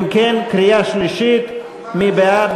אם כן, קריאה שלישית, מי בעד?